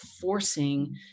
forcing